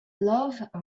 love